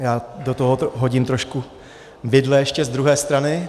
Já do tohoto hodím trošku vidle ještě z druhé strany.